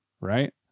right